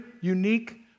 unique